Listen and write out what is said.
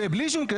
אסף.